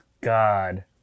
God